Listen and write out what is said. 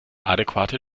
adäquate